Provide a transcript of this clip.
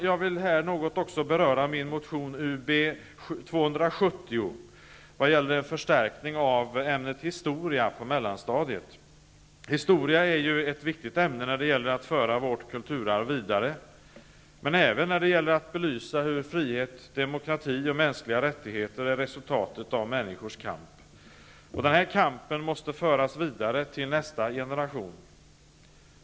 Jag vill här något också beröra min motion Ub270 vad gäller en förstärkning av ämnet historia på mellanstadiet. Historia är ett viktigt ämne när det gäller att föra vårt kulturarv vidare men även när det gäller att belysa hur frihet, demokrati och mänskliga rättigheter är resultat av människors kamp. Den här kampen måste föras vidare till nästa generation.